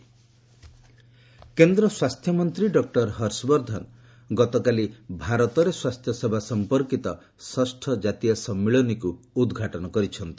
ହର୍ଷବର୍ଦ୍ଧନ କେନ୍ଦ୍ର ସ୍ୱାସ୍ଥ୍ୟମନ୍ତ୍ରୀ ଡକ୍କର ହର୍ଷବର୍ଦ୍ଧନ ଗତକାଲି ଭାରତରେ ସ୍ୱାସ୍ଥ୍ୟସେବା ସଂପର୍କିତ ଷଷ୍ଠ ଜାତୀୟ ସମ୍ମିଳନୀକୁ ଉଦ୍ଘାଟନ୍ କରିଛନ୍ତି